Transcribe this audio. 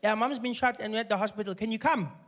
yeah, mom has been shot and we are at the hospital. can you come?